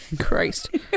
Christ